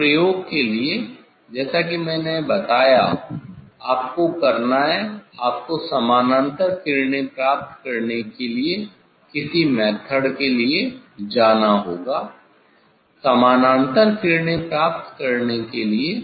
अब प्रयोग के लिए जैसा कि मैंने बताया कि आपको करना है आपको समानांतर किरणें प्राप्त करने के लिए किसी मेथड के लिए जाना होगा समानांतर किरणें प्राप्त करने के लिए